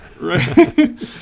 Right